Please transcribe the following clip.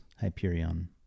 Hyperion